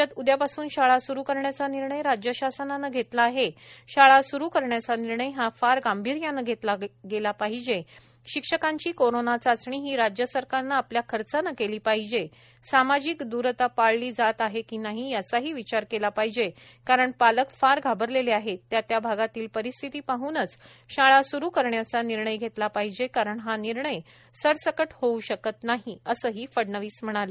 राज्यात उद्या पासून शाळा स्रू करण्याचा निर्णय राज्य शासनाने घेतला आहे शाळा सुरू करण्याचा निर्णय हा फार गांभीर्याने घेतला गेला पाहिजे शिक्षकांची कोरोना चाचणी ही राज्य सरकारने आपल्या खर्चाने केली पाहिजे सामाजिक दूरता पाळलं जात की नाही याचाही विचार केला पाहिजे कारण पालक फार घाबरलेले आहेत त्या त्या भागातील परिस्थिती पाहनच शाळा स्रू करण्याचा निर्णय घेतला पाहिजे कारण हा निर्णय सरसकट होऊ शकत नाही असेही फडणवीस म्हणाले